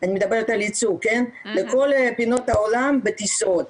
אני מדברת על ייצוא לכל פינות העולם בטיסות.